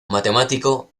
matemático